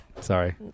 sorry